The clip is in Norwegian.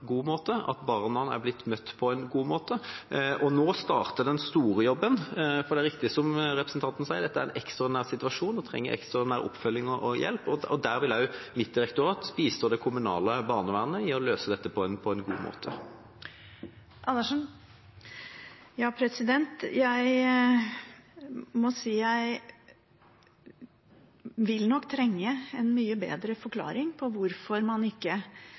god måte, og at barna er blitt møtt på en god måte. Nå starter den store jobben, for det er riktig som representanten sier, at dette er en ekstraordinær situasjon hvor en trenger ekstraordinær oppfølging og hjelp. Der vil også mitt direktorat bistå det kommunale barnevernet i å løse dette på en god måte. Jeg må si at jeg nok vil trenge en mye bedre forklaring på hvorfor man ikke